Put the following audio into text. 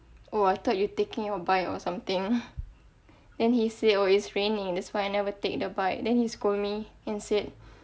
oh I thought you taking your bike or something then he said oh it's raining that's why I never take the bike then he scold me and said